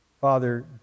father